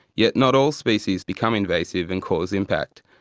yet not all species become invasive and cause impact.